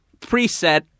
preset